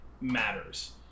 matters